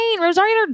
rosario